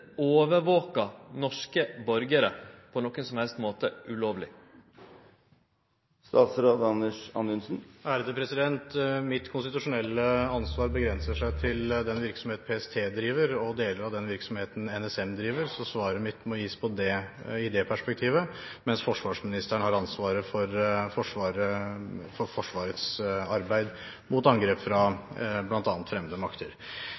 norske borgarar på nokon som helst måte? Mitt konstitusjonelle ansvar begrenser seg til den virksomheten PST driver, og deler av den virksomheten NSM driver, så svaret mitt må gis i det perspektivet, mens forsvarsministeren har ansvaret for Forsvarets arbeid mot angrep fra bl.a. fremmede makter.